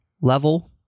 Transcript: level